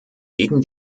gegen